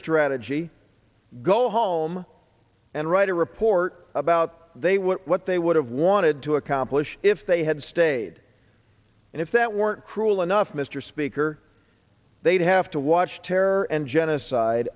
strategy go home and write a report about they were what they would have wanted to accomplish if they had stayed and if that weren't cruel enough mr speaker they'd have to watch terror and genocide